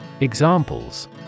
Examples